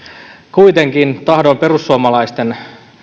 kuitenkin tahdon perussuomalaisten